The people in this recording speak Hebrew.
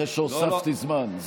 אחרי שהוספתי זמן.